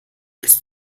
ist